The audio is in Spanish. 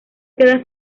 queda